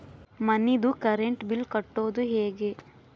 ಮನಿದು current bill ಕಟ್ಟೊದು ಹೇಗೆ?